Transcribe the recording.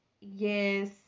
yes